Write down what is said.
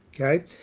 Okay